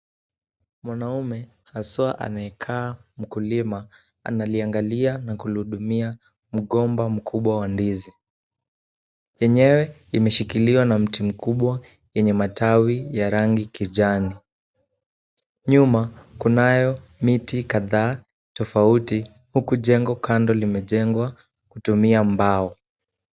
Mwanaume haswa anayekaa mkulima analiangalia na kulihudumia mgomba mkubwa wa ndizi Enyewe imeshikiliwa na mti mkubwa yenye matawi ya rangi kijani. Nyuma kunayo miti kadhaa tofauti huku jengo kando limejengwa kutumia mbao.